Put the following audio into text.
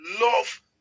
love